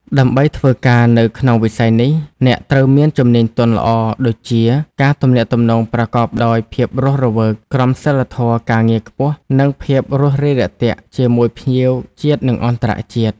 ដើម្បីធ្វើការនៅក្នុងវិស័យនេះ អ្នកត្រូវមានជំនាញទន់ល្អដូចជា ការទំនាក់ទំនងប្រកបដោយភាពរស់រវើក ក្រមសីលធម៌ការងារខ្ពស់ និងភាពរួសរាយរាក់ទាក់ជាមួយភ្ញៀវជាតិនិងអន្តរជាតិ។